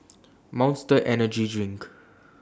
Monster Energy Drink